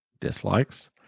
dislikes